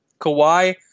Kawhi